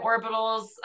orbitals